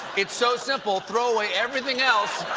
it's so simple, throw away everything else,